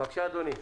בבקשה אדוני.